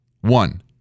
One